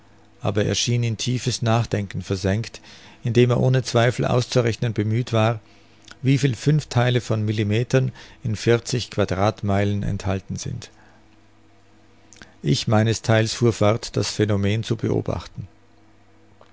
aber er schien in tiefes nachdenken versenkt indem er ohne zweifel auszurechnen bemüht war wieviel fünftheile von millimetern in vierzig quadratmeilen enthalten sind ich meines theils fuhr fort das phänomen zu beobachten